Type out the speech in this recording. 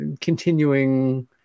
continuing